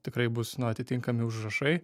tikrai bus na atitinkami užrašai